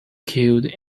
killed